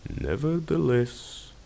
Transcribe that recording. Nevertheless